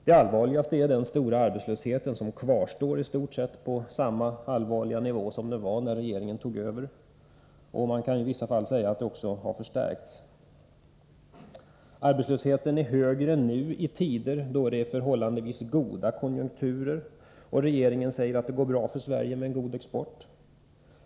Det allvarligaste är den stora arbetslöshet som i stort sett kvarstår på samma höga nivå som då socialdemokraterna tog över regeringsansvaret. Man kan säga att arbetslösheten i vissa fall har ökat. Den är högre nu i tider då det är förhållandevis goda konjunkturer, och regeringen säger att det går bra för Sverige och att exporten är god.